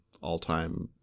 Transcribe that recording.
all-time